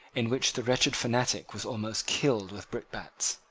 in which the wretched fanatic was almost killed with brickbats.